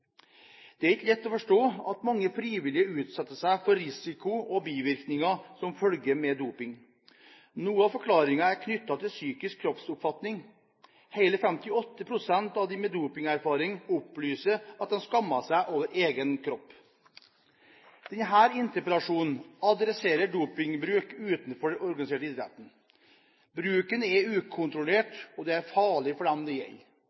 Det er ikke lett å forstå at mange frivillig utsetter seg for risiko og bivirkninger som følger med doping. Noe av forklaringen er knyttet til psykisk kroppsoppfatning. Hele 58 pst. av dem med dopingerfaring opplyser at de skammet seg over egen kropp. Denne interpellasjonen adresserer dopingbruk utenfor den organiserte idretten. Bruken er ukontrollert, og det er farlig for dem det gjelder.